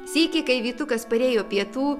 sykį kai vytukas parėjo pietų